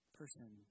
person